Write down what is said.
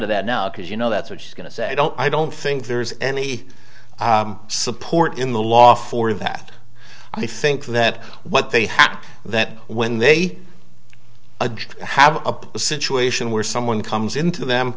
to that now because you know that's what she's going to say i don't i don't think there is any support in the law for that i think that what they have that when they have a situation where someone comes into them